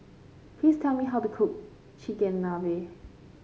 please tell me how to cook Chigenabe